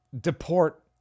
deport